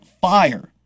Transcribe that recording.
fire